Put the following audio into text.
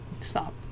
Stop